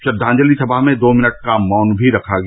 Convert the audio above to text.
श्रद्वांजलि समा में दो मिनट का मौन भी रखा गया